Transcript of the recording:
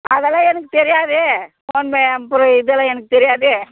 அதெல்லாம் எனக்கு தெரியாது நம்ம அப்புறம் இதெல்லாம் எனக்கு தெரியாது